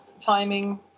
timing